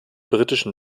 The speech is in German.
britischen